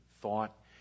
thought